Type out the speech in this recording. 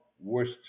worst